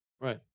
Right